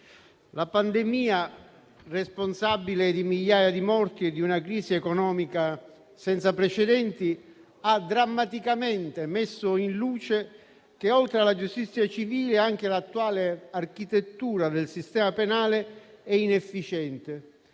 la pandemia, responsabile di migliaia di morti e di una crisi economica senza precedenti, ha drammaticamente messo in luce che oltre alla giustizia civile anche l'attuale architettura del sistema penale è inefficiente